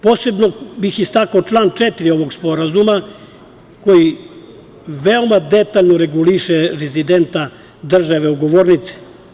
Posebno bih istakao član 4. ovog sporazuma, koji veoma detaljno reguliše obaveze i prava rezidenta države ugovornice.